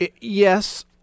Yes